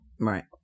right